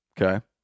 okay